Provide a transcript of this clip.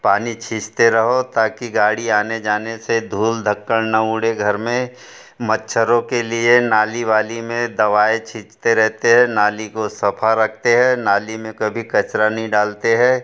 पानी छिसते रहो ताकि गाड़ी आने जाने से धूल धक्कड़ ना उड़े घर में मच्छरों के लिए नाली वाली में दवाएँ छिछते रहते हैं नाली को साफ़ रखते हैं नाली में कभी कचरा नहीं डालते हैं